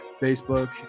Facebook